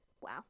Wow